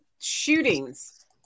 shootings